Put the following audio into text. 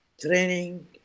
training